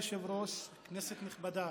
נכבדה,